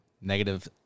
negative